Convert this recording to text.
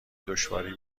دشواری